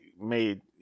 made